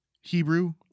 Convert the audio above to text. Hebrew